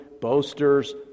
boasters